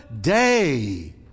day